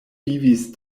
vivis